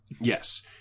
Yes